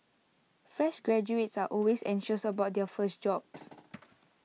fresh graduates are always anxious about their first jobs